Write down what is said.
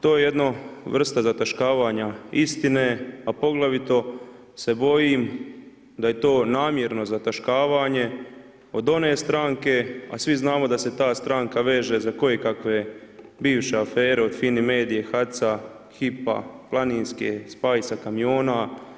To je jedna vrsta zataškavanja istine, a poglavito se bojim da je to namjerno zataškavanje od one stranke, a svi znamo da se ta stranka veže za kojekakve bivše afere od Fimi medie, HAC-a, Hypa, Planinske, Spicea, kamiona.